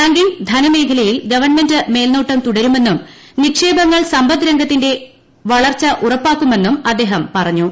banking ധനമേഖലയിൽ government മേൽനോട്ടം തുടരുമെന്നും നിക്ഷേപങ്ങൾ സമ്പദ്രംഗത്തിന്റെ വളർച്ച ഉറപ്പാക്കുമെന്നും അദ്ദേഹം പറഞ്ഞു